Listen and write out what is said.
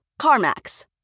CarMax